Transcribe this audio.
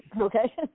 okay